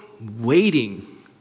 waiting